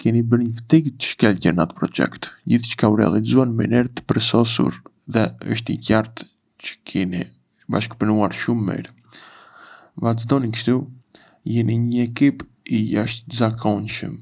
Keni bërë një fëtiga të shkëlqyer në atë projekt... gjithçka u realizua në mënyrë të përsosur dhe është e qartë çë keni bashkëpunuar shumë mirë. Vazhdoni kështu, jeni një ekip i jashtëzakonshëm.